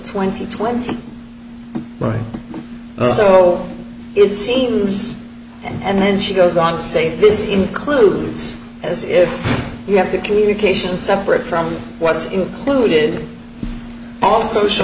twenty twenty right so it seems and then she goes on to say this includes as if you have two communications separate from what's included all social